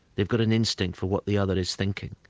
they've got an instinct for what the other is thinking'.